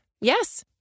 Yes